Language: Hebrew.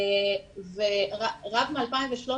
רק מ-2013,